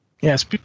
Yes